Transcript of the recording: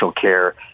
care